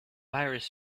virus